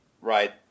right